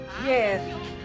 Yes